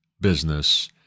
business